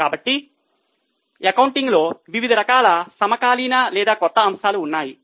కాబట్టి అకౌంటింగ్లో వివిధ రకాల సమకాలీన లేదా కొత్త అంశాలు ఉన్నాయి